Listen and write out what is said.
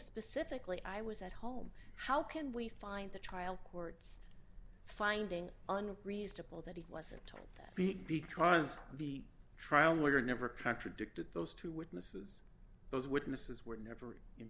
specifically i was at home how can we find the trial court's finding and reasonable that he wasn't that big because the trial lawyer never contradicted those two witnesses those witnesses were never in